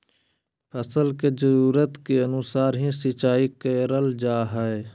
फसल के जरुरत के अनुसार ही सिंचाई करल जा हय